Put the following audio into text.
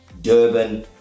Durban